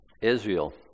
Israel